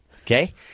Okay